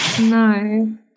No